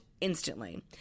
Instantly